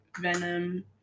venom